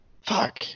Fuck